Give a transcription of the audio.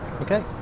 Okay